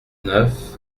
neuf